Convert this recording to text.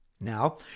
Now